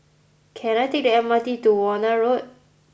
can I take the M R T to Warna Road